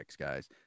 guys